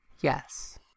yes